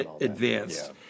advanced